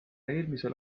eelmisel